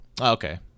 okay